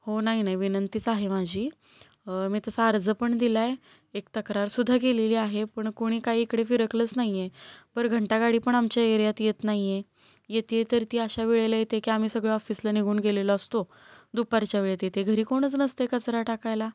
हो नाही नाही विनंतीच आहे माझी मी तसा अर्ज पण दिला आहे एक तक्रारसुद्धा केलेली आहे पण कोणी काही इकडे फिरकलंच नाही आहे पर घंटा गाडी पण आमच्या एरियात येत नाही आहे येते आहे तर ती अशा वेळेला येते की आम्ही सगळं ऑफिसला निघून गेलेलो असतो दुपारच्या वेळेत येते घरी कोणच नसतं आहे कचरा टाकायला